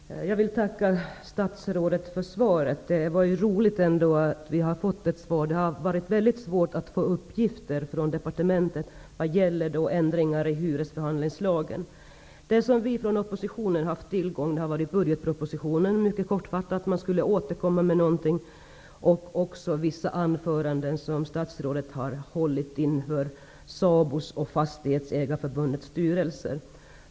Fru talman! Jag vill tacka statsrådet för svaret. Det är roligt att vi har fått ett svar. Det har varit svårt att få uppgifter från departementet vad gäller ändringar i hyresförhandlingslagen. Det som vi från oppositionen har haft tillgång till har varit budgetpropositionen -- där berörs detta mycket kortfattat, man skulle återkomma med någonting -- och vissa anföranden som statsrådet har hållit inför SABO:s och Fastighetsägareförbundets styrelser.